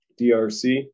DRC